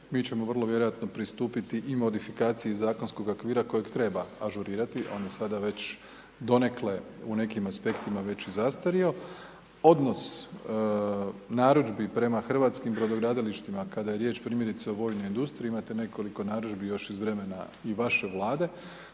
mi ćemo vrlo vjerojatno pristupiti i modifikaciji zakonskog okvira kojeg treba ažurirati, on je sada već donekle u nekima aspektima već i zastario. Odnos narudžbi prema hrvatskim brodogradilištima, kada je riječ primjerice o vojnoj industriji, imate nekoliko narudžbi još iz vremena i vaše Vlade,